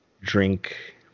drink